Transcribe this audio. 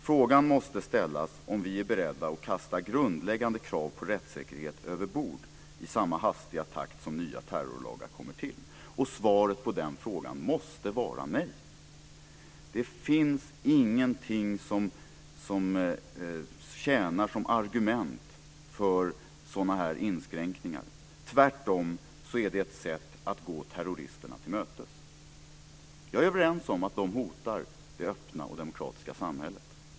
Frågan måste ställas om vi är beredda att kasta grundläggande krav på rättssäkerhet överbord i samma hastiga takt som nya terrorlagar kommer till. Svaret på den frågan måste vara nej. Det finns ingenting som tjänar som argument för sådana inskränkningar. Tvärtom är det ett sätt att gå terroristerna till mötes. Vi är överens om att de hotar det öppna och demokratiska samhället.